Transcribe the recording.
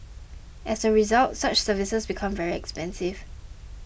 as a result such services become very expensive